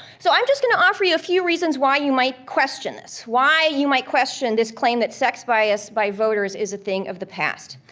so i'm just gonna offer you a few reasons why you might question this. why you might question this claim that sex bias by voters is a thing of the past.